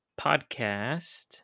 podcast